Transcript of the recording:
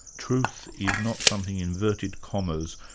truth is not something in inverted commas,